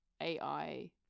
ai